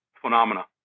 Phenomena